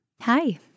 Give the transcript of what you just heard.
Hi